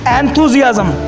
enthusiasm